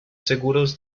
seguros